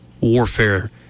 warfare